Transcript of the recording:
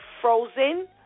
frozen